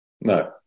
No